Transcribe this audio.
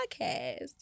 Podcast